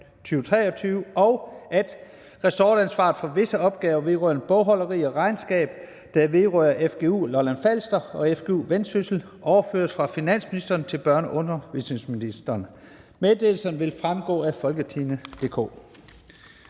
og at ressortansvaret for visse opgaver vedrørende bogholderi og regnskab der vedrører FGU Lolland-Falster og FGU Vendsyssel, overføres fra finansministeren til børne- og undervisningsministeren. Meddelelserne vil fremgå af www.folketingstidende.dk